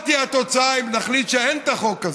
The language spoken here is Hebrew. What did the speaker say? מה תהיה התוצאה אם נחליט שאין את החוק הזה?